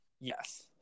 Yes